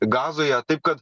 gazoje taip kad